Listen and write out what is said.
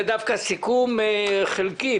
זה דווקא סיכום חלקי,